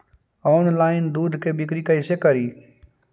Online दुध के बिक्री कैसे करि?